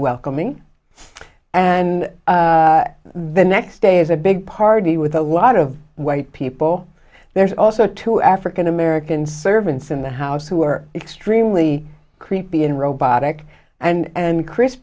welcoming and the next day is a big party with a lot of white people there's also two african american servants in the house who are extremely creepy and robotic and chris